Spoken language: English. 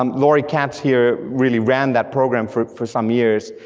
um laurie cantier really ran that program for for some years,